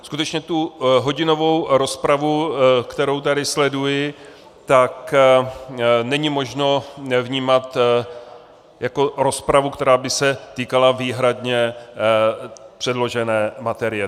Skutečně tu hodinovou rozpravu, kterou tady sleduji, není možné vnímat jako rozpravu, která by se týkala výhradně předložené materie.